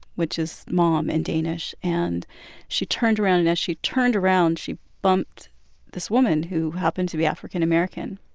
which is mom in danish, and she turned around. and as she turned around, she bumped this woman who happened to be african-american.